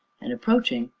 and approaching,